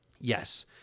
yes